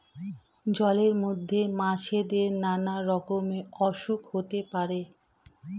জলের মধ্যে মাছেদের নানা রকমের অসুখ হতে পারে